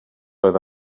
oedd